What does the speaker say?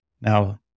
Now